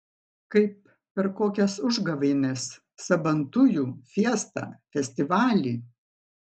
kaip per kokias užgavėnes sabantujų fiestą festivalį